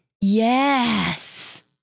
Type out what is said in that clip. Yes